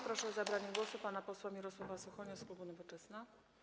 Proszę o zabranie głosu pana posła Mirosława Suchonia z klubu Nowoczesna.